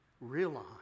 realize